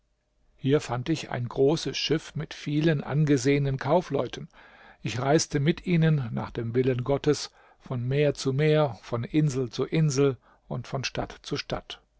hier fand ich ein großes schiff mit vielen angesehenen kaufleuten ich reiste mit ihnen nach dem willen gottes von meer zu meer von insel zu insel und von stadt zu stadt